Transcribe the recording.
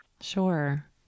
Sure